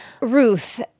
Ruth